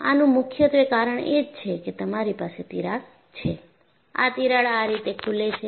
આનું મુખ્યત્વે કારણ એ છે કે તમારી પાસે તિરાડ છે આ તિરાડ આ રીતે ખુલે છે